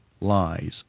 lies